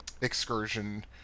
excursion